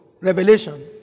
Revelation